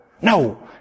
No